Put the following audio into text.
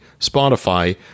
Spotify